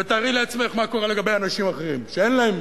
ותארי לעצמך מה קורה לגבי אנשים אחרים שאין להם